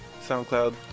SoundCloud